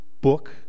book